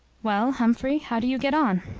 well, humphrey how do you get on?